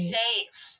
safe